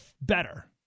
better